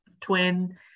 twin